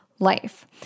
life